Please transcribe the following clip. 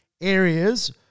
areas